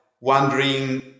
wondering